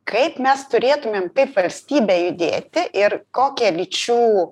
kaip mes turėtumėm kaip valstybė judėti ir kokią lyčių